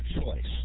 choice